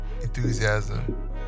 enthusiasm